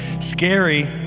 scary